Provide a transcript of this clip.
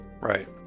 right